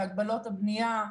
בהגבלות הבנייה,